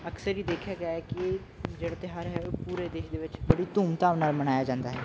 ਅਕਸਰ ਹੀ ਦੇਖਿਆ ਗਿਆ ਹੈ ਕਿ ਜਿਹੜਾ ਤਿਉਹਾਰ ਹੈ ਉਹ ਪੂਰੇ ਦੇਸ਼ ਦੇ ਵਿੱਚ ਬੜੀ ਧੂਮ ਧਾਮ ਨਾਲ ਮਨਾਇਆ ਜਾਂਦਾ ਹੈ